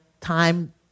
time